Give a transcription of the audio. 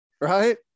right